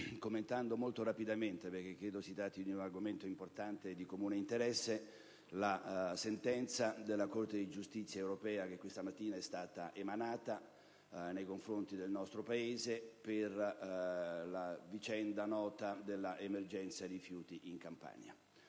commentando molto rapidamente - perché credo si tratti di un argomento importante e di comune interesse - la sentenza della Corte di giustizia europea che questa mattina è stata emanata nei confronti del nostro Paese per la nota vicenda dell'emergenza rifiuti in Campania.